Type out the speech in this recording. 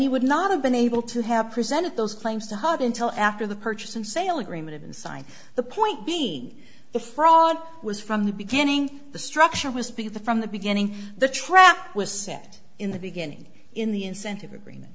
he would not have been able to have presented those claims to have until after the purchase and sale agreement and sign the point being the fraud was from the beginning the structure was because the from the beginning the trap was set in the beginning in the incentive agreement